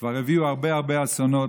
זה כבר הביא הרבה הרבה אסונות,